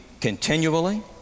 continually